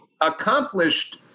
accomplished